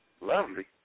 lovely